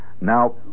Now